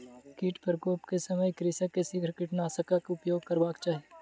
कीट प्रकोप के समय कृषक के शीघ्र कीटनाशकक उपयोग करबाक चाही